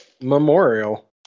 Memorial